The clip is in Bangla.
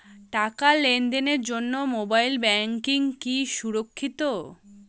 টাকা লেনদেনের জন্য মোবাইল ব্যাঙ্কিং কি সুরক্ষিত?